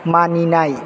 मानिनाय